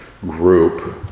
group